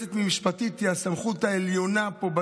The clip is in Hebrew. יועצת משפטית היא הסמכות העליונה פה,